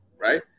Right